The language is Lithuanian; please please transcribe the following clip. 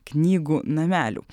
knygų namelių